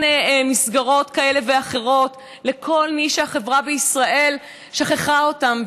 מסגרות כאלה ואחרות לכל מי שהחברה בישראל שכחה אותם,